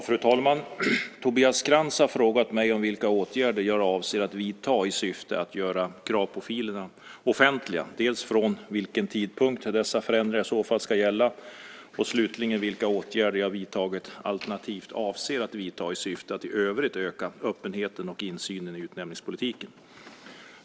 Fru talman! Tobias Krantz har frågat mig vilka åtgärder jag avser att vidta i syfte att göra kravprofilerna offentliga, från vilken tidpunkt dessa förändringar i så fall ska gälla och slutligen vilka åtgärder jag vidtagit alternativt avser att vidta i syfte att i övrigt öka öppenheten och insynen i utnämningspolitiken.